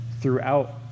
throughout